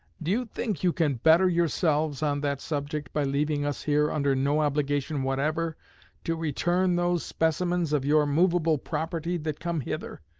do you think you can better yourselves on that subject by leaving us here under no obligation whatever to return those specimens of your movable property that come hither?